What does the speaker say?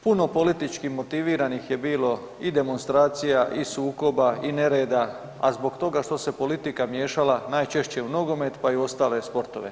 Puno politički motiviranih je bilo i demonstracija i sukoba i nereda, a zbog toga što se politika miješala najčešće u nogomet pa i u ostale sportove.